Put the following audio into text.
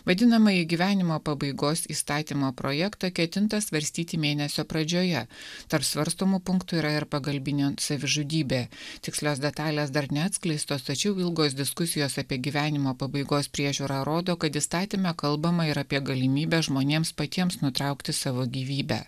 vadinamąjį gyvenimo pabaigos įstatymo projektą ketinta svarstyti mėnesio pradžioje tarp svarstomų punktų yra ir pagalbinė savižudybė tikslios detalės dar neatskleistos tačiau ilgos diskusijos apie gyvenimo pabaigos priežiūrą rodo kad įstatyme kalbama ir apie galimybę žmonėms patiems nutraukti savo gyvybę